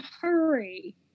hurry